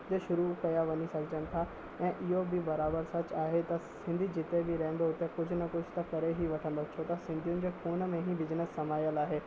जे शुरू कयां वञी सघजनि था ऐं इहो बि बराबरि सचु आहे त सिंधी जिते बि रहंदो हुते कुछ न कुछ त करे ही वठंदो छो त सिंधियुनि जे ख़ून में ई बिजनिस समायलु आहे